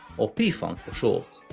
or p-funk for short.